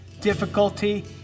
difficulty